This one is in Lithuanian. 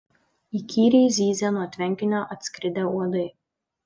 įkyriai zyzė nuo tvenkinio atskridę uodai